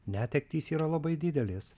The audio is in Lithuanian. netektys yra labai didelės